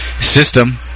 system